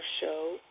show